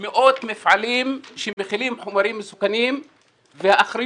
מאות מפעלים שמכילים חומרים מסוכנים והאחריות